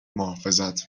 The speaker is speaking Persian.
محافظت